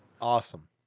Awesome